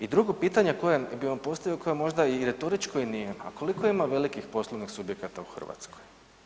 I drugo pitanje koje bi vam postavio, koje je možda i retoričko i nije, a koliko ima velikih poslovnih subjekata u Hrvatskoj?